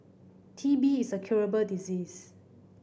T B is a curable disease